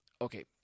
Okay